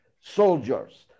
soldiers